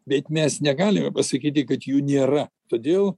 bet mes negalime pasakyti kad jų nėra todėl